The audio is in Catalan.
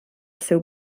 seu